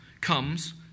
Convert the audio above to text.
comes